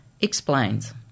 explains